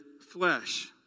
flesh